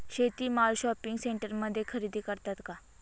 शेती माल शॉपिंग सेंटरमध्ये खरेदी करतात का?